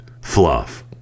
Fluff